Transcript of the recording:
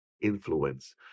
influence